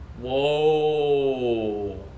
Whoa